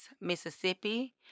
Mississippi